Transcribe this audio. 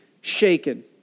shaken